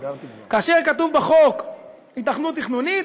כאשר כתוב בחוק "היתכנות תכנונית",